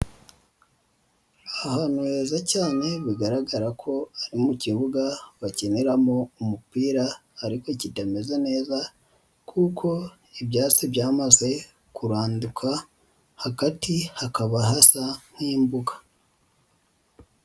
Ahantu heza cyane bigaragara ko ari mu kibuga bakiniramo umupira ariko kitameze neza kuko ibyatsi byamaze kuranduka, hagati hakaba hasa nk'imbuga.